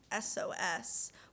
SOS